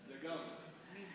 לגמרי.